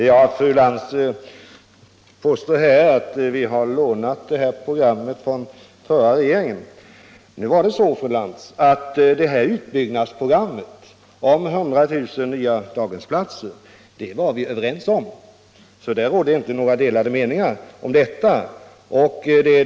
Herr talman! Fru Cantz påstår att vi har fånat detta program från förra regeringen. Vi var emellertid, fru Lantz. överens om detta program omtrattande 100 000 nya daghemsplatser. Det rådde inga delade meningar om det.